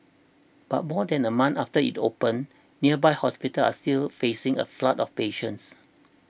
but more than a month after it opened nearby hospitals are still facing a flood of patients